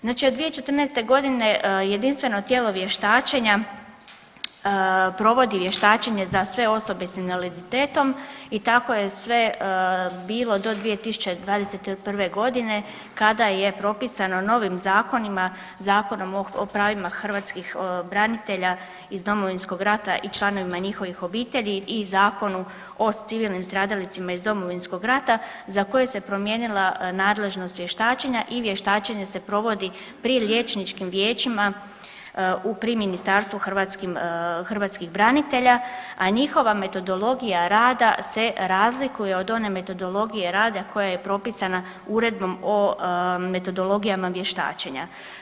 Znači od 2014.g. jedinstveno tijelo vještačenja provodi vještačenje za sve osobe s invaliditetom i tako je sve bilo do 2021.g. kada je propisano novim zakonima, Zakonom o pravima hrvatskih branitelja iz Domovinskog rata i članovima njihovih obitelji i Zakonu o civilnim stradalnicima iz Domovinskog rata za koje se promijenila nadležnost vještačenja i vještačenje se provodi pri liječničkim vijećima pri Ministarstvu hrvatskim, hrvatskih branitelja, a njihova metodologija rada se razlikuje od one metodologije rada koja je propisana Uredbom o metodologijama vještačenja.